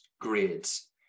grades